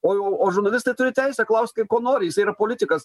o jau o žurnalistai turi teisę klaust kaip ko nori jisai yra politikas